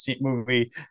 movie